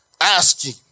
asking